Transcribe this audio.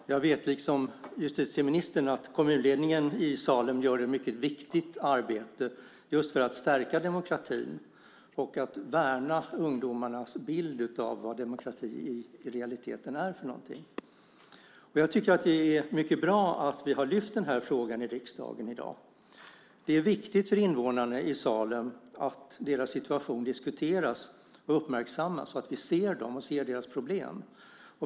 Herr talman! Jag vet, liksom justitieministern, att kommunledningen i Salem gör ett mycket viktigt arbete just för att stärka demokratin och värna ungdomarnas bild av vad demokrati i realiteten är. Det är mycket bra att vi har lyft fram denna fråga i riksdagen i dag. Det är viktigt för invånarna i Salem att deras situation diskuteras och uppmärksammas och att vi ser dem och deras problem.